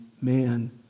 man